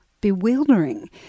bewildering